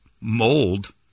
mold